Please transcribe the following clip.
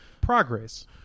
progress